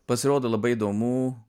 pasirodo labai įdomu